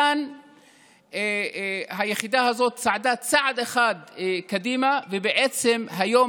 כאן היחידה הזאת צעדה צעד אחד קדימה ובעצם היום,